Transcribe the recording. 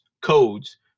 codes